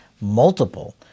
multiple